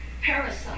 Parasite